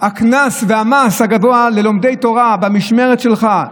הקנס והמס הגבוה ללומדי תורה במשמרת שלך.